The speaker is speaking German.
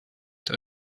die